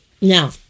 Now